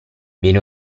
viene